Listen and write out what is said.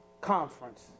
conference